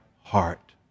heart